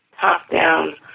top-down